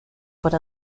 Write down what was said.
por